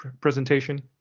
presentation